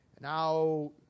Now